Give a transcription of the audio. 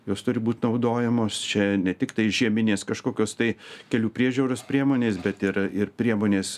jos turi būt naudojamos čia ne tiktai žieminės kažkokios tai kelių priežiūros priemonės bet yra ir priemonės